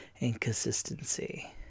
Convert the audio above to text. inconsistency